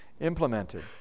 implemented